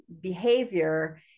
behavior